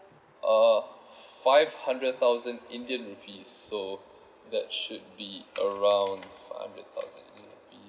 uh five hundred thousand indian rupees so that should be around five hundred thousand rupee